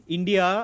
India